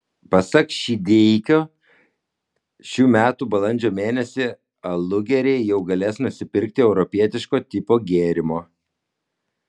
pasak šydeikio šių metų balandžio mėnesį alugeriai jau galės nusipirkti europietiško tipo gėrimo